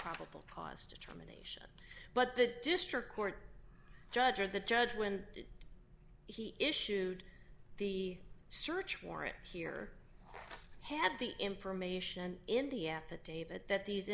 probable cause determination but the district court judge or the judge when he issued the search warrant here had the information in the affidavit that these